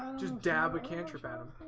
um just dab a contra padam